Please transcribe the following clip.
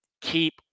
keep